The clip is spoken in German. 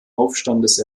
aufstandes